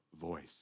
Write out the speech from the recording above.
voice